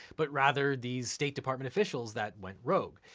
but rather these state department officials that went rogue.